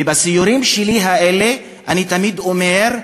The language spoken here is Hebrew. ובסיורים שלי האלה אני תמיד אומר,